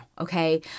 okay